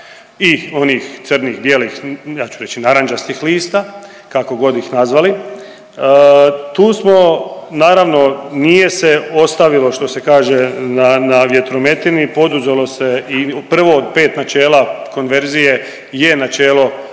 i onih crnih, bijelih, ja ću reći narančastih lista kakogod ih nazvali, tu smo naravno nije se ostavilo što se kaže na vjetrometini, poduzelo se i prvo od pet načela konverzije je načelo